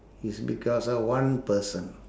is because of one person